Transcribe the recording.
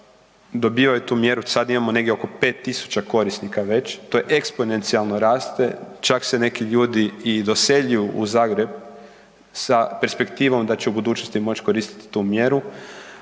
dobivaju tu mjeru. Sada imamo negdje oko 5000 korisnika već, to je eksponencijalno raste, čak se i neki ljudi i doseljuju u Zagreb sa perspektivom da će u budućnosti moći koristiti tu mjeru.